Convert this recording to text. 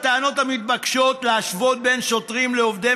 הטענות המבקשות להשוות בין שוטרים לעובדי